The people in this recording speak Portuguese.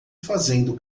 fazendo